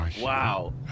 Wow